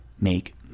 make